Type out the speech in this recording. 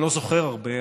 אני לא זוכר הרבה,